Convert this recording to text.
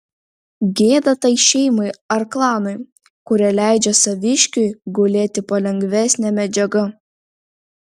gėda tai šeimai ar klanui kurie leidžia saviškiui gulėti po lengvesne medžiaga